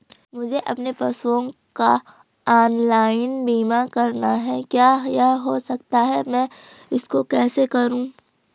मुझे अपने पशुओं का ऑनलाइन बीमा करना है क्या यह हो सकता है मैं इसको कैसे करूँ?